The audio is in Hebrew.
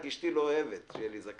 זה רק כי אשתי לא אוהבת שיהיה לי זקן,